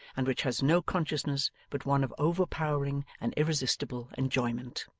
and which has no consciousness but one of overpowering and irresistible enjoyment.